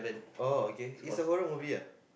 oh okay